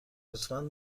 لطفا